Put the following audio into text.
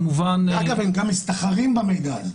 אגב, הם גם מסתחרים במידע הזה.